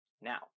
now